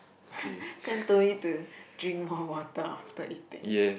sam told me to drink more water after eating